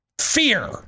fear